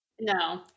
No